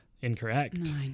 Incorrect